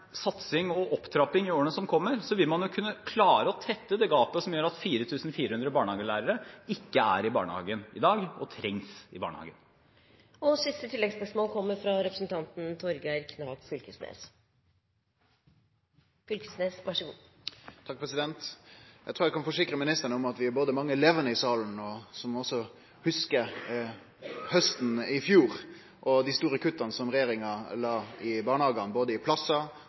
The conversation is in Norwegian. satsing og en opptrapping i årene som kommer, vil man kunne klare å tette det gapet som gjør at 4 400 barnehagelærere ikke er i barnehagen i dag, og som trengs i barnehagen. Torgeir Knag Fylkesnes – til siste oppfølgingsspørsmål. Eg trur eg kan forsikre ministeren om at vi er mange både levande i salen og som hugsar hausten i fjor og dei store kutta som regjeringa gjorde i barnehagane, både i